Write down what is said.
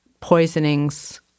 poisonings